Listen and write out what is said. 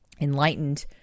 enlightened